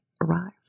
arrived